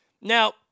Now